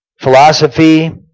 philosophy